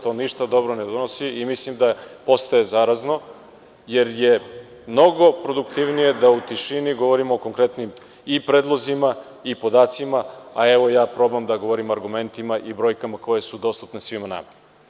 To ništa dobro ne donosi i mislim da postaje zarazno, jer je mnogo produktivnije da u tišini govorimo o konkretnim i predlozima i podacima, a evo ja pokušavam da govorim argumentima i brojkama koje su dostupne svima nama.